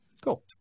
cool